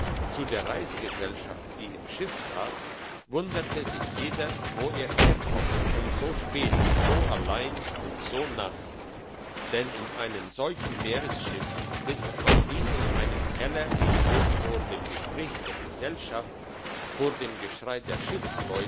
zu der reisegesellschaft die im schiff sass wunderte sich jeder wo er herkomme so spät so allein und so nass denn in einem solchen meerschiff sitzt man wie in einem keller und hört vor dem gespräch der gesellschaft vor dem geschrei der